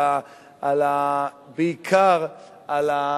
בעיקר על,